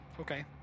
okay